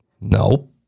Nope